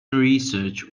research